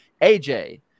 AJ